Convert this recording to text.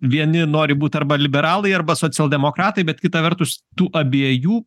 vieni nori būt arba liberalai arba socialdemokratai bet kita vertus tų abiejų